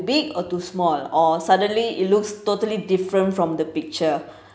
big or too small or suddenly it looks totally different from the picture